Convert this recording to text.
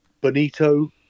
bonito